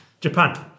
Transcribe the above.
Japan